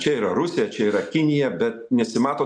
čia yra rusija čia yra kinija bet nesimato